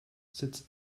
sits